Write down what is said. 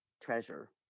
treasure